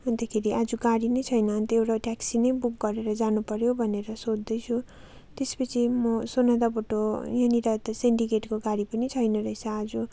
अन्तखेरि आज गाडी नै छैन अन्त एउटा ट्याक्सी नै बुक गरेर जानु पऱ्यो भनेर सोद्धैछु त्यस पछि म सोनादाबाट यहाँनेर यता सिन्डिकेटको गाडी पनि छैन रहेछ आज